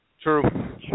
True